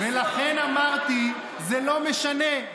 ולכן אמרתי: זה לא משנה,